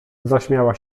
zaśmiała